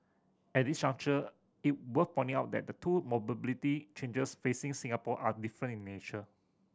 at this juncture it worth pointing out that the two mobility challenges facing Singapore are different in nature